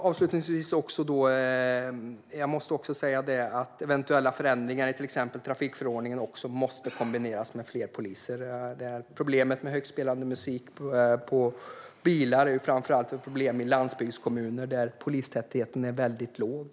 Avslutningsvis måste jag säga att eventuella förändringar i till exempel trafikförordningen måste kombineras med fler poliser. Problemet med högspelande musik i bilar är framför allt ett problem i landsbygdskommuner, där polistätheten är låg.